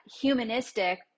humanistic